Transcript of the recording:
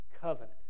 covenant